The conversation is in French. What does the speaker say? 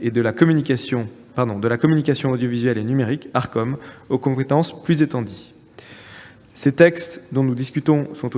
de la communication audiovisuelle et numérique (Arcom), aux compétences plus étendues. Les textes dont nous discutons sont